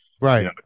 right